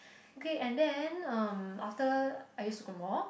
okay and then um after I use Sucremor